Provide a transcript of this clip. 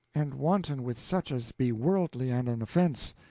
and wanton with such as be worldly and an offense.